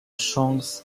chance